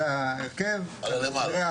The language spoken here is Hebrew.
על ההרכב, על נהלי העבודה.